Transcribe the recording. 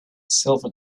silver